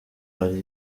hari